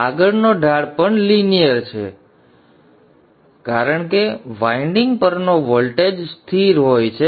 આગળનો ઢાળ પણ લિનિયર છે પડતો ઢોળાવ પણ લિનિયર હોય છે કારણ કે વાઇન્ડિંગ પરનો વોલ્ટેજ સ્થિર હોય છે